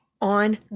on